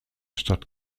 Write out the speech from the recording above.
stadt